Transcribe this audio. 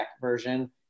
version